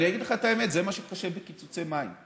אני אגיד לך את האמת, זה מה שקשה בקיצוצי מים.